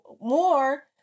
more